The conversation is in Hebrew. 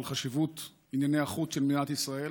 על חשיבות ענייני החוץ של מדינת ישראל,